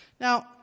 Now